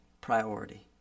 priority